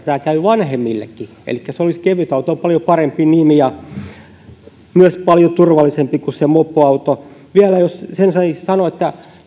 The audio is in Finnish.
tämä käy vanhemmillekin elikkä se kevytauto on paljon parempi nimi ja se olisi myös paljon turvallisempi kuin se mopoauto vielä jos sen saisin sanoa että